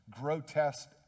grotesque